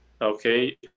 Okay